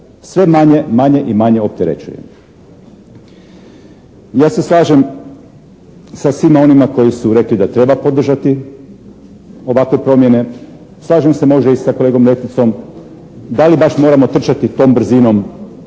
manje i manje opterećuje. Ja se slažem sa svima onima koji su rekli da treba podržati ovakve promjene. Slažem se možda i sa kolegom Leticom da li baš moramo trčati tom brzinom,